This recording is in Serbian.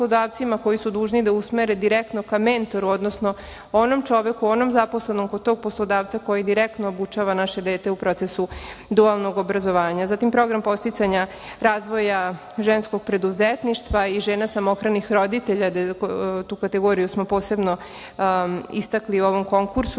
koji su dužni da usmere ka mentoru, odnosno onom čoveku, onom zaposlenom kod tog poslodavca koji direktno obučava naše dete u procesu dualnog obrazovanja. Zatim Program podsticanja razvoja ženskog preduzetništva i žena samohranih roditelja. Tu kategoriju smo posebno istakli u ovom konkursu